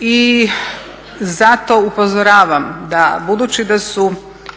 I zato upozoravam da budući da su